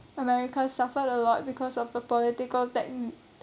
america suffered a lot because of the political tech~